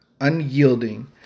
unyielding